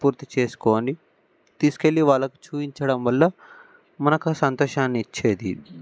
పూర్తి చేసుకొని తీసుకెళ్లి వాళ్లకు చూపించడం వల్ల మనకు ఆ సంతోషాన్ని ఇచ్చేది